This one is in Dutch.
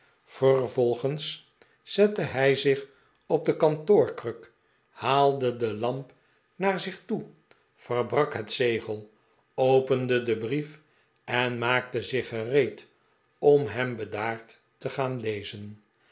vervolgens zette hij zich op de kantoorkruk haalde de lamp naar zich toe verbrak het zegel opende den brief en maakte zich gereed om hem bedaard te gaan lezen